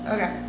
Okay